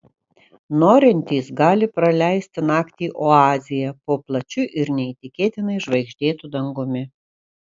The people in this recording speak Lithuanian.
norintys gali praleisti naktį oazėje po plačiu ir neįtikėtinai žvaigždėtu dangumi